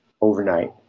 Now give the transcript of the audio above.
overnight